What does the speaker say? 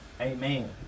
Amen